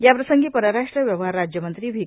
याप्रसंगी परराष्ट्र व्यवहार राज्य मंत्री व्ही